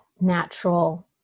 natural